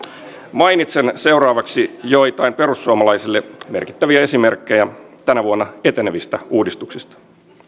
mainitsen seuraavaksi joitain perussuomalaisille merkittäviä esimerkkejä tänä vuonna etenevistä uudistuksista